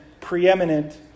preeminent